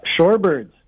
Shorebirds